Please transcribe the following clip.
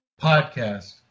podcast